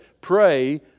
pray